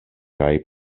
kaj